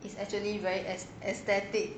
it's actually very as aesthetic